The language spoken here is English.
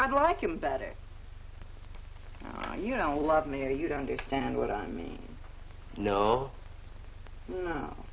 i'd like you better you know love me or you don't understand what i mean you kno